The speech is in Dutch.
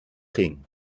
ging